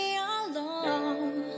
alone